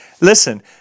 Listen